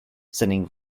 sending